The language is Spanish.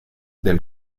del